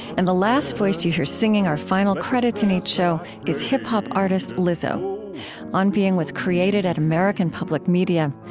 and the last voice that you hear singing our final credits in each show is hip-hop artist lizzo on being was created at american public media.